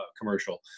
commercial